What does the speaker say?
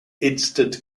instant